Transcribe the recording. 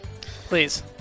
Please